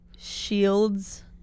Shields